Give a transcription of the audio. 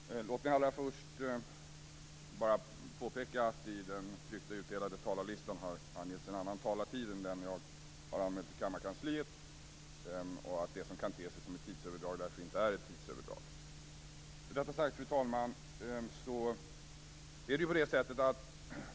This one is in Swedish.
Fru talman! Låt mig allra först påpeka att det i den tryckta, utdelade talarlistan har angetts en annan taletid än den jag har anmält till kammarkansliet och att det som kan te sig som ett tidsöverdrag därför inte är något tidsöverdrag. Fru talman!